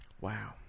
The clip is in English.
Wow